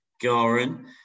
Garin